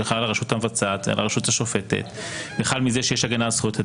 שחל על הרשות המבצעת ועל רשות השופטת וחל מזה שיש הגנה על זכויות אדם,